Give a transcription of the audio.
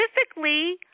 specifically